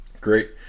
Great